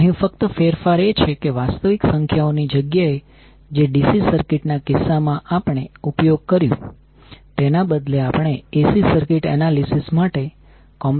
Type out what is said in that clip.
અહીં ફક્ત ફેરફાર એ છે કે વાસ્તવિક સંખ્યાઓ ની જગ્યાએ જે DC સર્કિટ ના કિસ્સામાં આપણે ઉપયોગ કરી તેના બદલે આપણે AC સર્કિટ એનાલિસિસ માટે કોમ્પ્લેક્સ સંખ્યા નો ઉપયોગ કરીશું